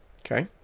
Okay